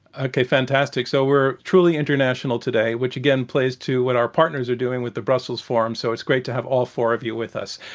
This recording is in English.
okay. fantastic. so, we're truly international today which, again, plays to what our partners are doing with the brussels forum. so, it's great to have all four of you with us.